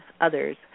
others